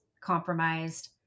compromised